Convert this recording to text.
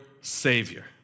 Savior